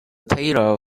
terror